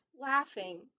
laughing